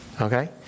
Okay